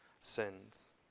sins